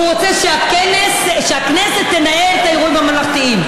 הוא רוצה שהכנסת תנהל את האירועים הממלכתיים.